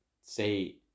say